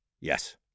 Yes